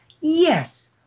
Yes